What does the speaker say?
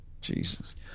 Jesus